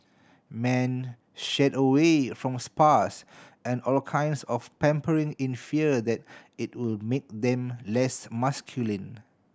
men shied away from spas and all kinds of pampering in fear that it would make them less masculine